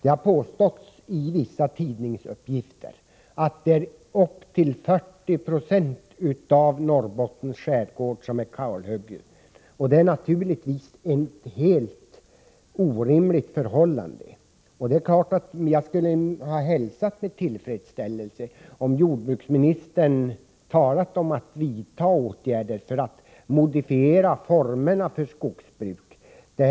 I vissa tidningar har det påståtts att upp till 40 26 av Norrbottens skärgård är kalhuggen, och det är naturligtvis ett helt orimligt förhållande. Om jordbruksministern hade talat om att vidta åtgärder för att modifiera formerna för skogsbruket, skulle jag ha hälsat det med tillfredsställelse.